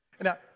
Now